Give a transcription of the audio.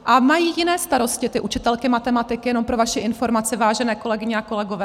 A mají jiné starosti ty učitelky matematiky, jenom pro vaši informaci, vážené kolegyně a kolegové.